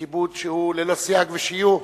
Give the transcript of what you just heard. כיבוד שהוא ללא סייג ושיור.